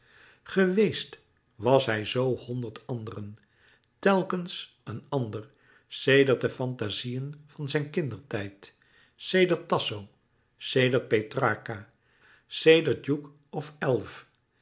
geweest was hij zoo honderd anderen telkens een ander sedert de fantazieën van zijn kindertijd sedert tasso sedert petrarca sedert hugh of